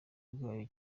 bwayo